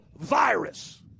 virus